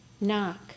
knock